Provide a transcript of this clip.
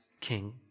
king